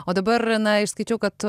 o dabar na išskaičiau kad